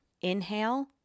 inhale